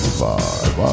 five